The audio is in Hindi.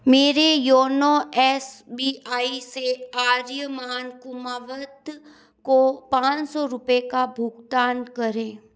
मेरे योनो एस बी आई से आर्यमान कुमावत को पाँच सौ रुपये का भुगतान करें